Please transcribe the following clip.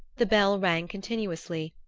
the bell rang continuously,